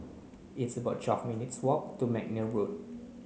it's about twelve minutes' walk to McNair Road